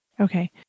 Okay